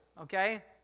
okay